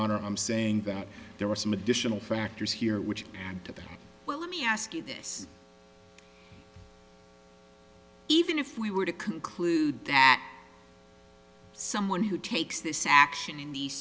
honor i'm saying that there are some additional factors here which add to that well let me ask you this even if we were to conclude that someone who takes this action in the